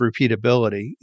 repeatability